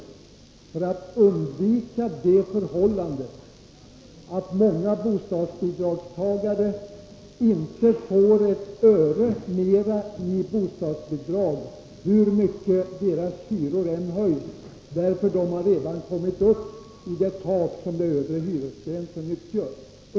På det sättet vill vi undvika det förhållandet att många bostadsbidragstagare inte får ett öre mer i bostadsbidrag hur mycket deras hyror än höjs, eftersom de redan har nått upp till det tak som den övre hyresgränsen utgör.